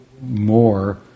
more